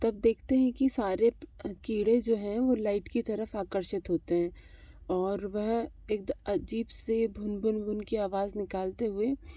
तब देखते हैं कि सारे कीड़े जो हैं वो लाइट की तरफ आकर्षित होते हैं और वह एकदम अजीब सी भुन भुन भुन की आवाज़ निकालते हुए